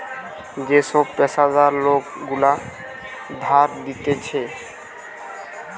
যে সব পেশাদার লোক গুলা ধার দিতেছে